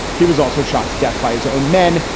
he was also shot to death by his own men.